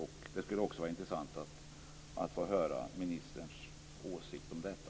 Det skulle vara intressant att höra ministerns åsikt också om detta.